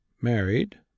married